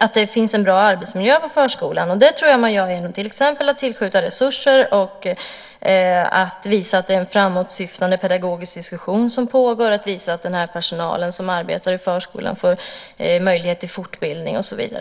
att det finns en bra arbetsmiljö inom förskolan. Det gör man till exempel genom att tillskjuta resurser och visa att det är en framåtsyftande pedagogisk diskussion som pågår. Det gäller att visa att personalen som arbetar i förskolan får möjlighet till fortbildning och så vidare.